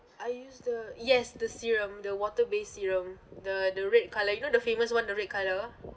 I use the yes the serum the water-based serum the the red colour you know the famous one the red colour